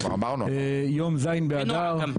יום ז' באדר,